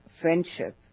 friendship